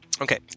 Okay